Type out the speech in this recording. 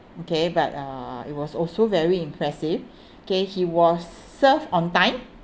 okay but uh it was also very impressive okay he was served on time